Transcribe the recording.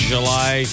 July